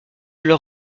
leur